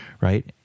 right